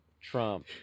Trump